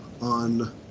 on